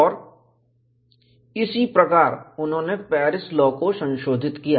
और इसी प्रकार उन्होंने पेरिस लाॅ को संशोधित किया